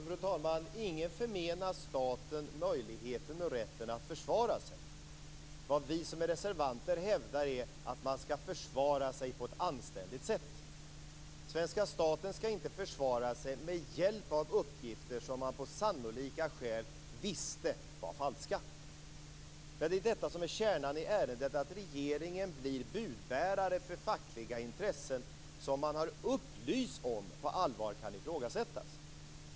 Fru talman! Ingen förmenar staten möjligheten och rätten att försvara sig. Det vi som är reservanter hävdar är att man skall försvara sig på ett anständigt sätt. Svenska staten skall inte försvara sig med hjälp av uppgifter som man på sannolika skäl visste var falska. Det är detta som är kärnan i ärendet, att regeringen blir budbärare för fackliga intressen som man har upplysts om på allvar kan ifrågasättas.